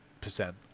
percent